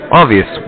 obvious